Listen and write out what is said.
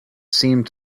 seemed